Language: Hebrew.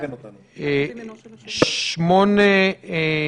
שר הבריאות,